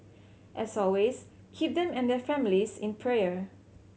as always keep them and their families in prayer